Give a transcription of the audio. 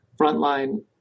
Frontline